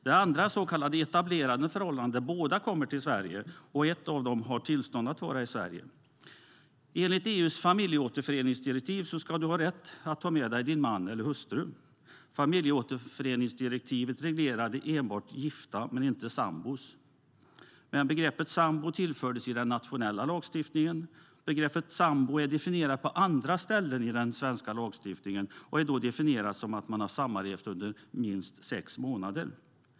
Det andra är så kallade etablerade förhållanden, där båda kommer till Sverige och en av dem har tillstånd att vara i Sverige. Enligt EU:s familjeåterföreningsdirektiv ska man ha rätt att ta med sig sin man eller hustru. Familjeåterföreningsdirektivet reglerar dock enbart gifta, inte sambor. Men begreppet sambo tillfördes i den nationella lagstiftningen. Begreppet sambo är definierat på andra ställen i den svenska lagstiftningen och är då definierat som att man har sammanlevt i minst sex månader.